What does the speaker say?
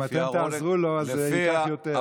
אם אתם תעזרו לו, זה ייקח יותר.